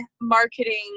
marketing